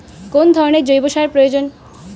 কোন ধরণের জৈব সার প্রয়োজন?